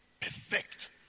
Perfect